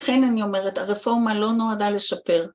לכן אני אומרת, הרפורמה לא נועדה לשפר.